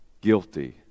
guilty